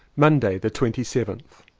monday the twenty seventh.